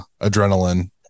adrenaline